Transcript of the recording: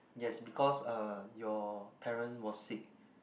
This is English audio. yes because uh your parent was sick